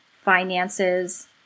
finances